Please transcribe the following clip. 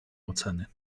oceny